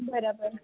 બરાબર